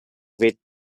with